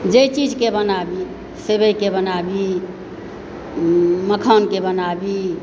जाहि चीजके बनाबी सेवई कऽ बनाबी मखानके बनाबी